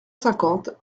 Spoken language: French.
cinquante